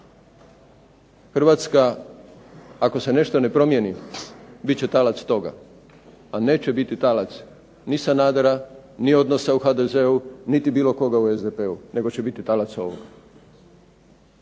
Hrvatska ako se nešto ne promijeni bit će talac toga, a neće biti talac ni Sanadera, ni odnosa u HDZ-u, niti bilo koga u SDP-u nego će biti talac ovoga.